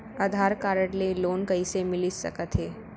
आधार card ले loan कइसे मिलिस सकत हे?